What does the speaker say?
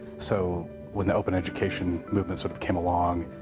so when they open education movements sort of came along,